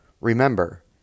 Remember